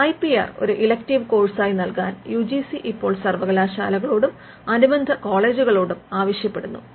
I P R ഒരു elective കോഴ്സായി നൽകാൻ യു ജി സി ഇപ്പോൾ സർവകലാശാലകളോടും അനുബന്ധ കോളേജുകളോടും ആവശ്യപ്പെടുന്നുണ്ട്